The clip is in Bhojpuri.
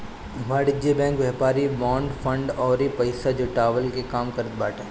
वाणिज्यिक बैंक व्यापारिक बांड, फंड अउरी पईसा जुटवला के काम करत बाटे